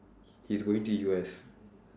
he's going to U_S